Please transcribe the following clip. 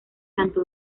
santo